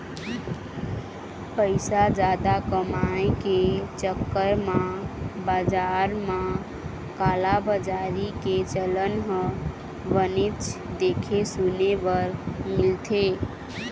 पइसा जादा कमाए के चक्कर म बजार म कालाबजारी के चलन ह बनेच देखे सुने बर मिलथे